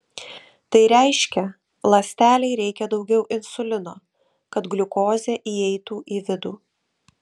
tai reiškia ląstelei reikia daugiau insulino kad gliukozė įeitų į vidų